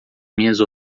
minhas